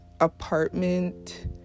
apartment